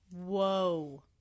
Whoa